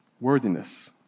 Worthiness